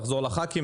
נחזור לחברי הכנסת,